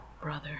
brother